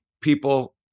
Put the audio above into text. people